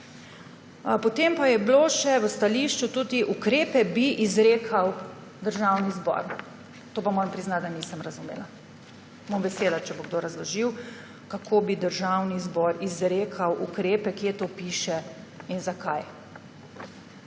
Potem pa je bilo še v stališču tudi: »Ukrepe bi izrekal Državni zbor.« Tega pa moram priznati, da nisem razumela. Bom vesela, če bo kdo razložil, kako bi Državni zbor izrekal ukrepe, kje to piše in zakaj.